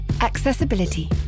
Accessibility